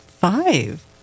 five